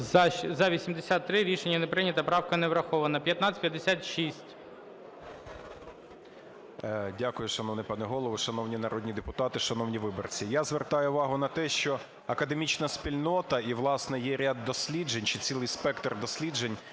За-83 Рішення не прийнято. Правка не врахована. 1556.